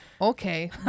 Okay